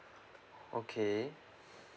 okay